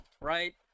right